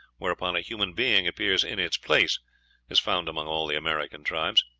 whereupon a human being appears in its place is found among all the american tribes.